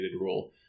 rule